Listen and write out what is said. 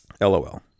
LOL